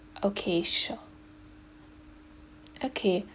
okay sure okay